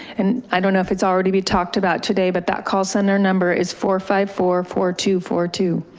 and i don't know if it's already been talked about today, but that call center number is four five four four two four two.